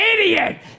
idiot